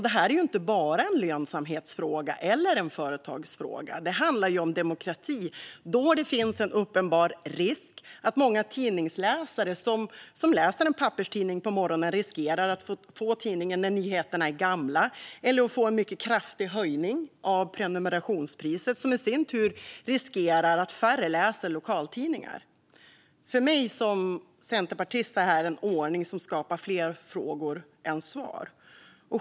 Detta är inte bara en lönsamhetsfråga eller en företagsfråga. Det handlar om demokrati då det finns en uppenbar risk att många tidningsläsare som läser en papperstidning på morgonen riskerar att få tidningen när nyheterna är gamla eller att få en mycket kraftig höjning av prenumerationspriset, vilket i sin tur riskerar att färre läser lokaltidningar. För mig som centerpartist är detta en ordning som skapar fler frågor än svar.